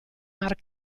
mar